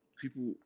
people